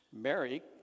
Mary